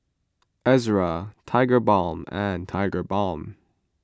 Ezerra Tigerbalm and Tigerbalm